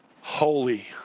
holy